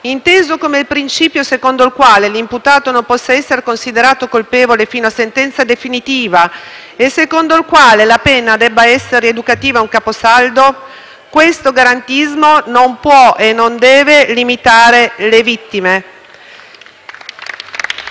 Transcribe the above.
inteso come il principio secondo il quale l'imputato non possa essere considerato colpevole fino a sentenza definitiva e secondo il quale la pena debba essere rieducativa, è un caposaldo, esso non può e non deve limitare le vittime.